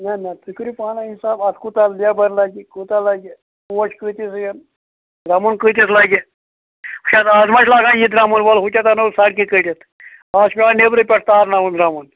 نہ نہ تُہۍ کٔرِو پانَے حِساب اَتھ کوٗتاہ لیبَر لَگہِ کوٗتاہ لَگہِ پوش کۭتِس یِن درٛمُن کۭتِس لَگہِ وٕچھ حظ آز ما چھِ لاگان یہِ درٛمُن وَلہٕ ہُتٮ۪تھ اَنو سڑکہِ کٔڑتھ آز چھُ پٮ۪وان بیٚبرٕ پٮ۪ٹھ تارناوُن درٛمُن